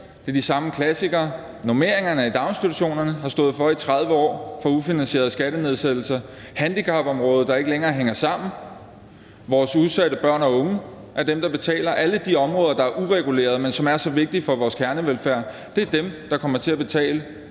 det er de samme klassikere: Normeringerne i daginstitutionerne har stået for skud i 30 år i forbindelse med ufinansierede skattenedsættelser; handicapområdet, der ikke længere hænger sammen, vores udsatte børn og unge er dem, der betaler. Alle de områder, der er uregulerede, men som er så vigtige for vores kernevelfærd, er dem, der kommer til at betale